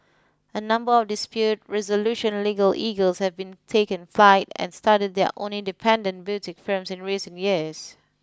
a number of dispute resolution legal eagles have been taken flight and started their own independent boutique firms in recent years